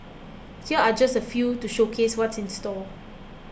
here are just a few to showcase what's in store